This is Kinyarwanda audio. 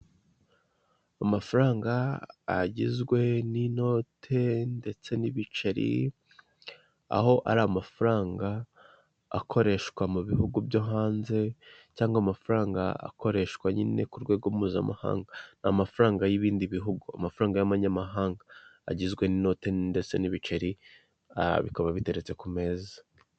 Amafaranga agizwe n'inote ndetse n'ibiceri, aho ari amafaranga akoreshwa mu bihugu byo hanze cyangwa amafaranga akoreshwa nyine ku rwego mpuzamahanga, n'amafaranga y'ibindi bihugu amafaranga y'abanyamahanga agizwe n'inote ndetse n'ibiceri bikabageretse ku meza.